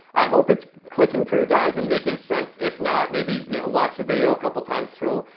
i hope it's clicking for you guys and making sense. if not, maybe you know watch the video a couple times through,